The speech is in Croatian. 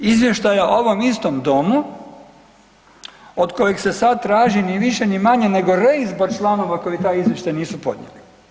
Izvještaja ovom istom domu od kojeg se sad traži ni više ni manje nego reizbor članova koji taj izvještaj nisu podnijeli.